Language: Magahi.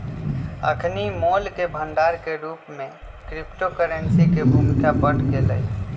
अखनि मोल के भंडार के रूप में क्रिप्टो करेंसी के भूमिका बढ़ गेलइ